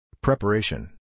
Preparation